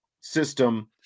system